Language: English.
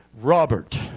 Robert